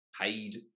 paid